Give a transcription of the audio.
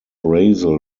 brasil